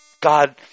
God